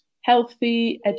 healthy